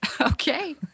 okay